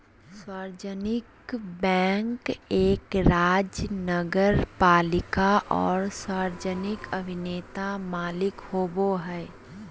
सार्वजनिक बैंक एक राज्य नगरपालिका आर सार्वजनिक अभिनेता मालिक होबो हइ